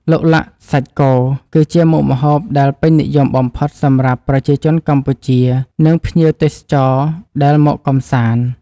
ឡុកឡាក់សាច់គោគឺជាមុខម្ហូបដែលពេញនិយមបំផុតសម្រាប់ប្រជាជនកម្ពុជានិងភ្ញៀវទេសចរបរទេសដែលមកកម្សាន្ត។